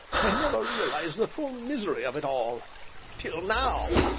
i never realized the full misery of it all till now!